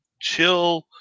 chill